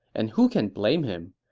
and who can blame him?